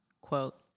quote